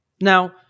Now